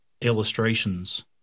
illustrations